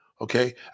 Okay